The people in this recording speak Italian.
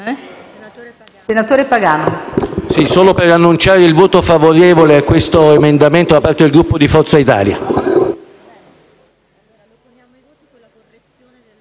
senatore Pagano